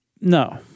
No